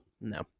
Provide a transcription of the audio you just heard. No